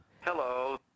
Hello